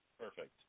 Perfect